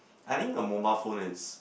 I think a mobile phone is